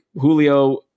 Julio